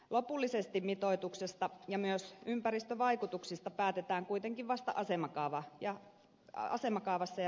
lopullisesti mitoituksesta ja myös ympäristövaikutuksista päätetään kuitenkin vasta asemakaavassa ja rakennusluvassa